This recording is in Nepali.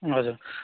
हजुर